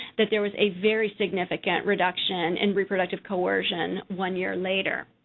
that there was a very significant reduction in reproductive coercion one year later.